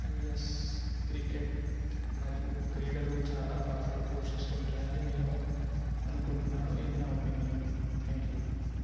and yes cricket మరియు క్రీడలు చాలా పాత్రలు పోషిస్తూ ఉంటాయి అని నేను అనుకుంటున్నాను ఇది నా ఒపీనియన్ థ్యాంక్ యూ